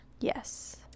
yes